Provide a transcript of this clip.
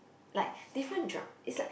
like different drug it's like